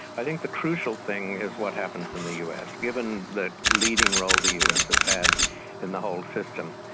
i think the crucial thing is what happens in the us, given the leading role the us has had in the whole system.